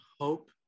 hope